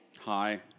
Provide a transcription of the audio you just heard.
Hi